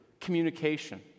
communication